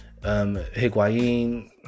Higuain